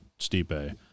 Stipe